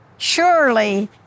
Surely